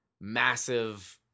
massive